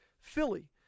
Philly